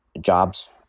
Jobs